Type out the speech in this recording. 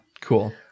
Cool